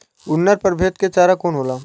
उन्नत प्रभेद के चारा कौन होला?